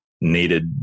needed